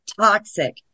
toxic